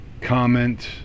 comment